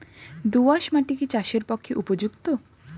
দোআঁশ মাটি কি চাষের পক্ষে উপযুক্ত?